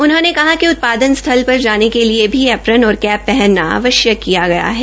उन्होंने कहा कि उत्पादन स्थल र जाने के लिए ऐपरन और कैं हनना आवश्यक किया गया है